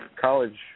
college